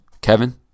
Kevin